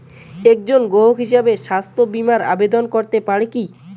একজন গ্রাহক হিসাবে স্বাস্থ্য বিমার আবেদন করতে পারি কি?